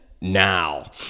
now